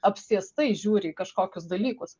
apsėstai žiūri į kažkokius dalykus